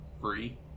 free